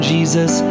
Jesus